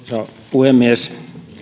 puhemies